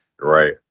right